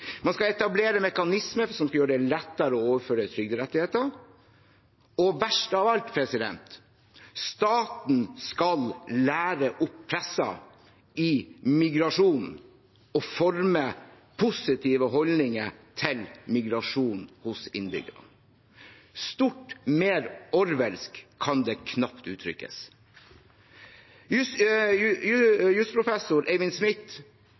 Man skal etablere mekanismer som skal gjøre det lettere å overføre trygderettigheter, og verst av alt: Staten skal lære opp pressen i migrasjon og i å forme positive holdninger til migrasjon hos innbyggerne. Stort mer orwellsk kan det knapt uttrykkes. Jusprofessor Eivind Smith